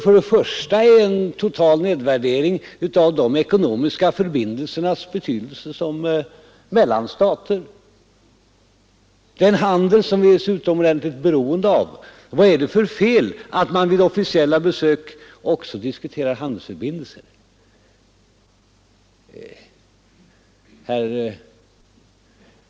För det första är det en total nedvärdering av betydelsen av de ekonomiska förbindelserna mellan stater, av den handel som vi är så utomordentligt beroende av. Vad är det för fel i att man vid oficiella besök också diskuterar handelsförbindelser?